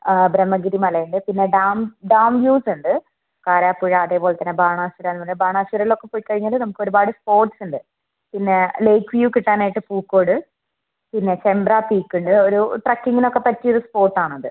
ബ്രഹ്മഗിരി മലയുണ്ട് പിന്നെ dam dam views ഉണ്ട് കാരാപ്പുഴ അതേപോലെത്തന്നെ ബാണാസുര എന്ന് പറഞ്ഞ ബാണാസുരയിൽ ഒക്കെ പോയികഴിഞ്ഞാൽ നമുക്ക് ഒരുപാട് സ്പോട്സ് ഉണ്ട് പിന്നെ ലേക്ക് വ്യൂ കിട്ടാനായിട്ട് പൂക്കോട് പിന്നെ ചെമ്പ്ര പീക്ക് ഉണ്ട് ഒരു ട്രക്കിങ്ങിനൊക്കെ പറ്റിയ ഒരു സ്പോട്ട് ആണത്